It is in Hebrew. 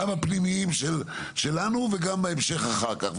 גם הפנימיים שלנו וגם בהמשך אחר כך.